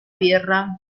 birra